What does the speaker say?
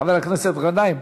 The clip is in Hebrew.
חבר הכנסת מסעוד גנאים,